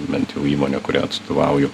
bent jau įmonė kuriai atstovauju